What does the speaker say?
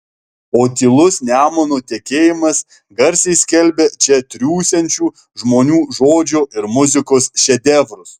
o tylus nemuno tekėjimas garsiai skelbia čia triūsiančių žmonių žodžio ir muzikos šedevrus